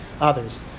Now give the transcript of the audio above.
others